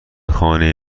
خانه